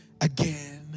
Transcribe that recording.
again